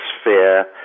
sphere